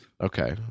Okay